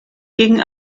gegen